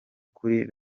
kuri